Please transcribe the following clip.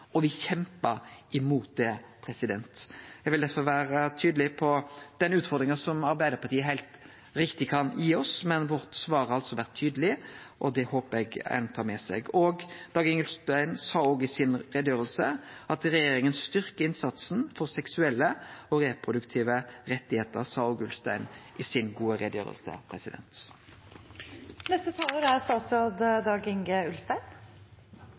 og me kjempa imot det. Eg vil derfor vere tydeleg på den utfordringa som Arbeidarpartiet heilt riktig kan gi oss, men svaret vårt har altså vore tydeleg – og det håpar eg ein tar med seg. «Regjeringen styrker også innsatsen for seksuell og reproduktiv helse og rettigheter», sa Dag-Inge Ulstein i